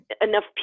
enough